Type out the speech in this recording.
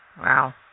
wow